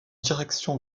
direction